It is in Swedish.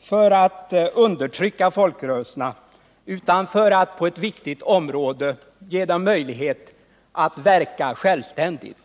för att undertrycka folkrörelserna utan för att på ett viktigt område ge dem möjlighet att verka självständigt.